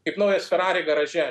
kaip naujas ferrari garaže